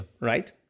Right